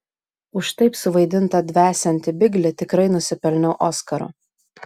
už taip suvaidintą dvesiantį biglį tikrai nusipelniau oskaro